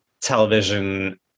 television